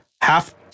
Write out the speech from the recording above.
half